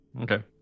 Okay